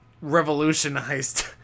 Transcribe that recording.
revolutionized